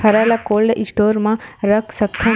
हरा ल cold store म रख सकथन?